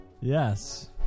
Yes